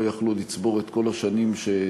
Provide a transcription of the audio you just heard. לא היו יכולים לצבור את כל השנים שצובר